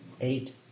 Eight